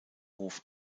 hof